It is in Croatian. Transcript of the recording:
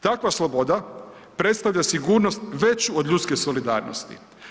Takva sloboda predstavlja sigurnost veću od ljudske solidarnosti.